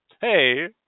hey